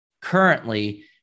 currently